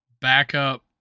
backup